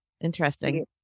Interesting